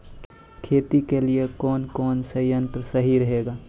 खेती के लिए कौन कौन संयंत्र सही रहेगा?